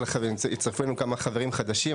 צפויים לנו כמה חברים חדשים,